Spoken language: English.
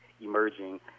emerging